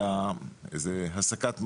זה הסקת מסקנות,